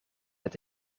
het